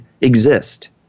exist